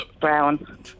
Brown